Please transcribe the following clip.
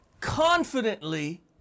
confidently